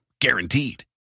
guaranteed